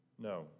No